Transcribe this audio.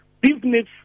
business